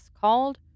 called